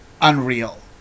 unreal